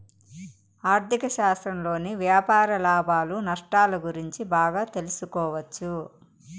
ఆర్ధిక శాస్త్రంలోని వ్యాపార లాభాలు నష్టాలు గురించి బాగా తెలుసుకోవచ్చు